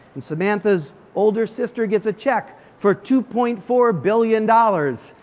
and samantha's older sister gets a check for two point four billion dollars.